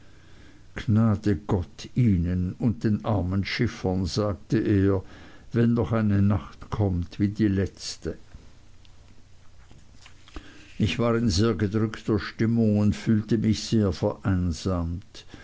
gnade gott ihnen und den armen schiffern sagte er wenn noch eine nacht kommt wie die letzte ich war in sehr gedrückter stimmung fühlte mich sehr vereinsamt